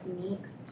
techniques